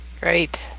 Great